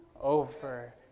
over